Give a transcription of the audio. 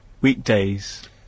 weekdays